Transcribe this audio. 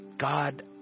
God